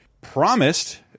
promised